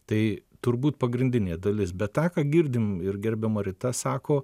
tai turbūt pagrindinė dalis bet tą ką girdim ir gerbiama rita sako